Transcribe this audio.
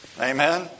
amen